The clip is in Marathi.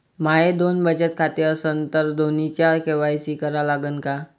माये दोन बचत खाते असन तर दोन्हीचा के.वाय.सी करा लागन का?